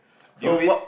so what